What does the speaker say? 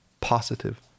positive